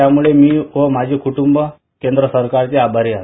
त्यामुळे मी आणि माझे कुटूंब केंद्र सरकारचे आभारी आहे